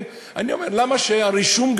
אז למה הרישום,